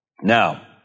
Now